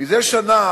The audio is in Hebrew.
זה שנה